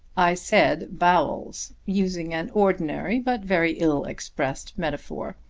i said bowels using an ordinary but very ill-expressed metaphor.